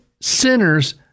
sinners